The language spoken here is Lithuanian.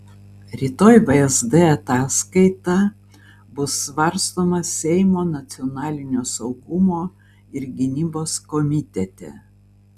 rytoj vsd ataskaita bus svarstoma seimo nacionalinio saugumo ir gynybos komitete